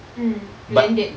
mmhmm landed